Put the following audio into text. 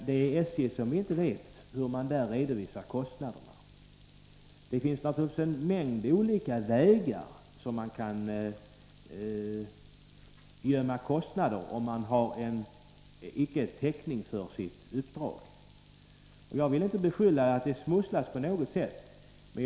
Det är SJ som inte vet hur man redovisar kostnaderna. Det finns naturligtvis en mängd olika vägar att gömma kostnader om man inte har täckning för sitt uppdrag. Jag vill inte beskylla någon och säga att det på något vis smusslas.